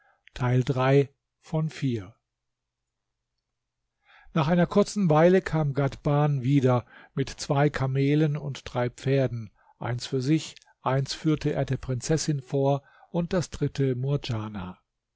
nach einer kurzen weile kam ghadhban wieder mit zwei kamelen und drei pferden eins für sich eins führte er der prinzessin vor und das dritte